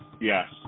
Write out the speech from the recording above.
Yes